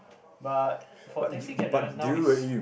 but for taxi cab drivers now is